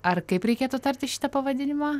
ar kaip reikėtų tarti šitą pavadinimą